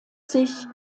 sich